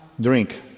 drink